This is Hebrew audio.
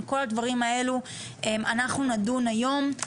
על כל הדברים האלה אנחנו נדון היום.